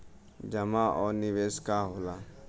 जमा और निवेश का होला?